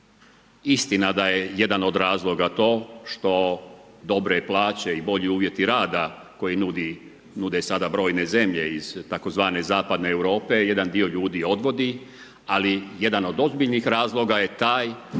Istina je da je jedan od razloga to što dobre plaće i bolji uvjeti rada, koji nude sada brojne zemlje iz tzv. zapadne Europe, jedan dio ljudi odvodi, ali jedan od ozbiljnih razloga je taj,